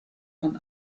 von